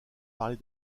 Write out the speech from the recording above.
parler